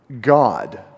God